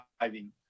diving